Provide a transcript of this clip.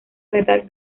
verdad